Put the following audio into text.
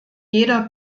jeder